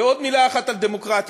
ועוד מילה אחת על דמוקרטיה.